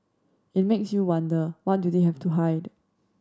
it makes you wonder what do they have to hide